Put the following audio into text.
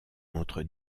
entre